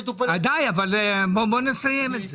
אז אם לא יישמו את זה